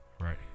Right